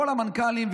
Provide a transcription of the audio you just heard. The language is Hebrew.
כל המנכ"לים,